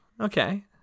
Okay